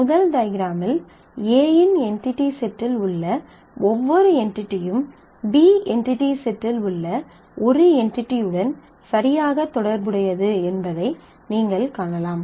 முதல் டயக்ராமில் A இன் என்டிடி செட்டில் உள்ள ஒவ்வொரு என்டிடியும் B என்டிடி செட்டில் உள்ள ஒரு என்டிடியுடன் சரியாக தொடர்புடையது என்பதை நீங்கள் காணலாம்